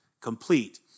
complete